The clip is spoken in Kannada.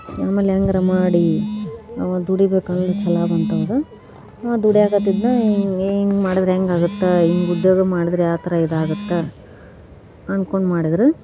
ನಮ್ಮಲ್ಲಿ ಹ್ಯಾಂಗರ ಮಾಡಿ ಅವನು ದುಡಿಬೇಕು ಅನ್ನುವ ಛಲ ಬಂತು ಅವಾಗ ನಾನು ದುಡಿಯಕತಿದ್ನ ಹಿಂಗೆ ಹಿಂಗೆ ಮಾಡಿದರೆ ಹೆಂಗೆ ಆಗುತ್ತೆ ಹಿಂಗೆ ಉದ್ಯೋಗ ಮಾಡಿದರೆ ಯಾವ ಥರ ಇದಾಗುತ್ತೆ ಅಂದ್ಕೊಂಡು ಮಾಡಿದರು